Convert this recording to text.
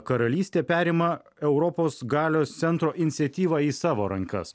karalystė perima europos galios centro iniciatyvą į savo rankas